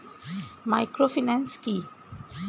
Microfinance কি?